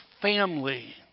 family